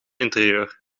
interieur